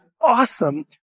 awesome